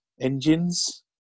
Engines